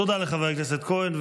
תודה לחבר הכנסת כהן.